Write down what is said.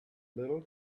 little